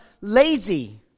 lazy